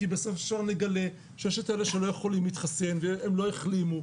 כי בסופו של דבר נגלה שיש את אלה שלא יכולים להתחסן והם לא החלימו,